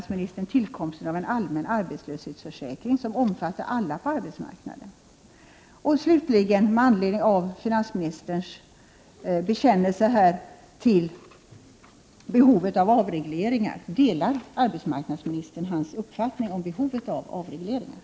Slutligen vill jag med anledning av finansministerns bekännelse här till behovet av avregleringar fråga: Delar arbetsmarknadsministern hans uppfattning om behovet av avregleringar?